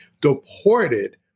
deported